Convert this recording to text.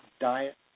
diet